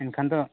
ᱮᱱᱠᱷᱟᱱ ᱫᱚ